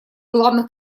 главных